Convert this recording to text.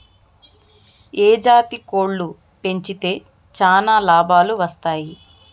ఏ జాతి కోళ్లు పెంచితే చానా లాభాలు వస్తాయి?